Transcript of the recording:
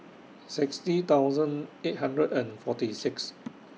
sixty thousand eight hundred and forty six